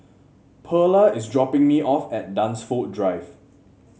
Pearla is dropping me off at Dunsfold Drive